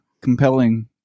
compelling